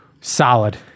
Solid